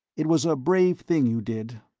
it was a brave thing you did,